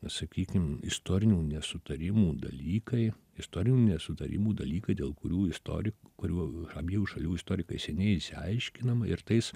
sakykim istorinių nesutarimų dalykai istorinių nesutarimų dalykai dėl kurių istorikai kurių abiejų šalių istorikai seniai išsiaiškinam ir tais